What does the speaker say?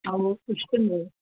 ആവോ ഫിഷ്കൊണ്ടേ